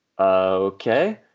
okay